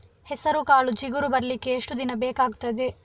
ಹೆಸರುಕಾಳು ಚಿಗುರು ಬರ್ಲಿಕ್ಕೆ ಎಷ್ಟು ದಿನ ಬೇಕಗ್ತಾದೆ?